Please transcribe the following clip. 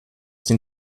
den